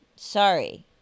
Sorry